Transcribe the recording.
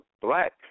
Black